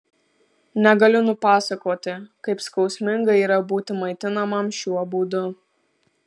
negaliu nupasakoti kaip skausminga yra būti maitinamam šiuo būdu